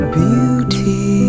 beauty